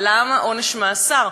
למה עונש מאסר?